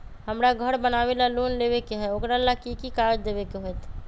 हमरा घर बनाबे ला लोन लेबे के है, ओकरा ला कि कि काग़ज देबे के होयत?